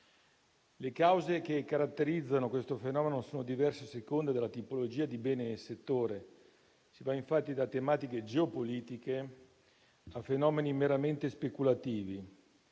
Le cause che caratterizzano questo fenomeno sono diverse, a seconda della tipologia di bene e di settore: si va infatti da tematiche geopolitiche a fenomeni meramente speculativi,